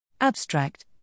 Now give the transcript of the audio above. abstract